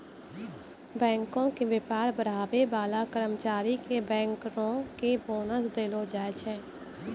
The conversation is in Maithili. बैंको के व्यापार बढ़ाबै बाला कर्मचारी के बैंकरो के बोनस देलो जाय छै